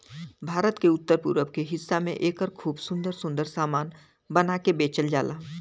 भारत के उत्तर पूरब के हिस्सा में एकर खूब सुंदर सुंदर सामान बना के बेचल जाला